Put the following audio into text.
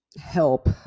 help